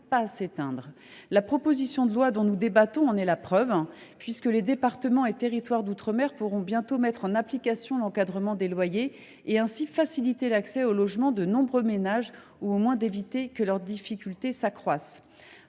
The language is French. à s’éteindre… La proposition de loi dont nous débattons en est la preuve : les départements et régions d’outre mer pourront bientôt mettre en application cet encadrement des loyers et, ainsi, faciliter l’accès au logement de nombreux ménages ou, au moins, éviter que leurs difficultés ne s’accroissent.